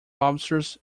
lobsters